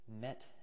met